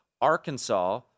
Arkansas